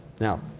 now,